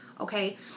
Okay